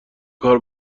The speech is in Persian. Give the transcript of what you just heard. این